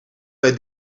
bij